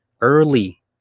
early